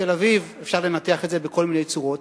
תל-אביב, אפשר לנתח את זה בכל מיני צורות.